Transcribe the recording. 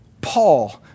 Paul